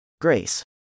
Grace